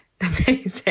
Amazing